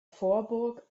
vorburg